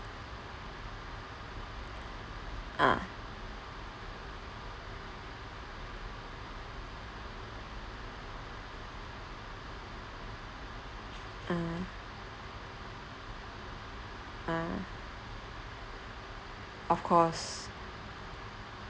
uh uh uh of course